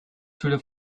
through